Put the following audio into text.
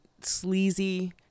sleazy